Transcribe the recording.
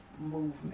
movement